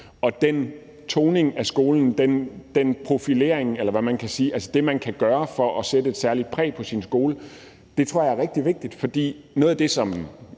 og den toning af skolen eller profilen, eller hvad man kan sige, og det, man kan gøre for at sætte et særligt præg på skolen, er rigtig vigtigt. Noget af det, som